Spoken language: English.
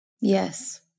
Yes